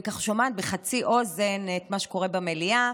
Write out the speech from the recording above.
אני שומעת בחצי אוזן את מה שקורה במליאה,